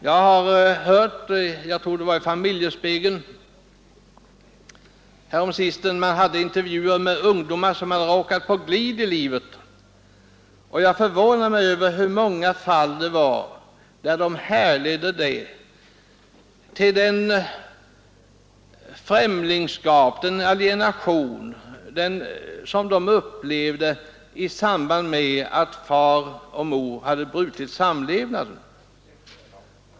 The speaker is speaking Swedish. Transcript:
Jag tror det var i Familjespegeln som man häromsistens hade intervjuer med ungdomar som råkat på glid i livet, och jag förvånade mig över i hur många fall de härledde detta till Fredagen den det främlingskap, den alienation som de upplevt i samband med att far 1 juni 1973 och mor hade brutit samlevnaden.